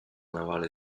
navale